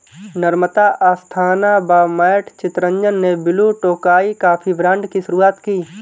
नम्रता अस्थाना व मैट चितरंजन ने Blue Tokai coffee brand की शुरुआत की